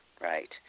right